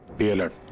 be alert.